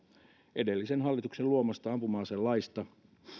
edellisen hallituksen luomasta ampuma aselaista